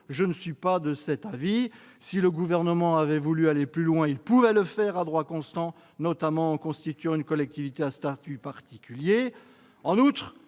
Je ne suis pas de cet avis : si le Gouvernement avait voulu aller plus loin, il pouvait le faire à droit constant, notamment en constituant une collectivité à statut particulier. Par